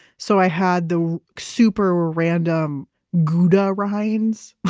so i had the super random gouda rinds,